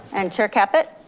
and chair caput.